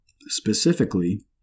Specifically